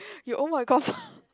you oh my god